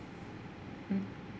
mm